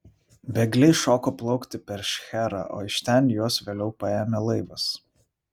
bėgliai šoko plaukti per šcherą o iš ten juos vėliau paėmė laivas